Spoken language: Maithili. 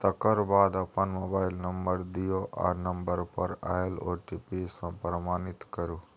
तकर बाद अपन मोबाइल नंबर दियौ आ नंबर पर आएल ओ.टी.पी सँ प्रमाणित करु